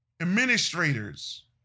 Administrators